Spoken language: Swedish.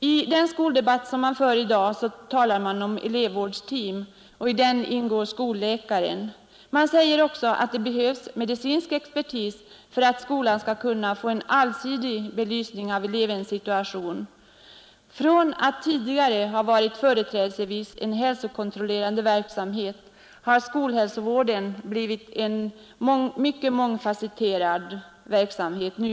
I den skoldebatt som förs i dag talas om ”elevvårdsteam” och i dessa ingår skolläkaren. Man säger också att det behövs medicinsk expertis för att skolan skall kunna få en allsidig belysning av elevens situation. Från att tidigare ha varit företrädesvis en hälsokontrollerande verksamhet har skolhälsovården blivit en mycket mångfasetterad verksamhet.